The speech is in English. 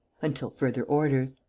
until further orders.